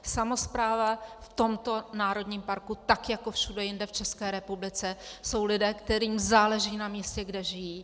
Samospráva v tomto národním parku tak jako všude jinde v České republice jsou lidé, kterým záleží na místě, kde žijí.